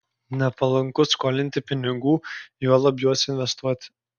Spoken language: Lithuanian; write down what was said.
nepalanku skolinti pinigų juolab juos investuoti